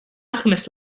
alchemist